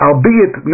Albeit